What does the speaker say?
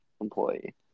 employee